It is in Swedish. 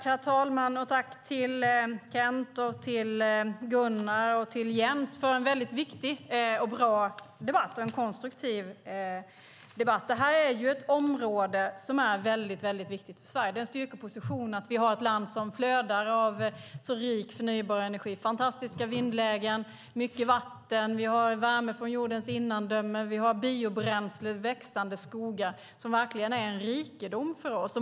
Herr talman! Tack till Kent, Gunnar och Jens för en viktig, bra och konstruktiv debatt. Det här är ett viktigt område för Sverige. Det är en styrkeposition att Sverige är ett land som flödar av så rik förnybar energi. Det finns fantastiska vindlägen, mycket vatten, värme från jordens innandöme och biobränsle i växande skogar. Det är verkligen en rikedom för oss.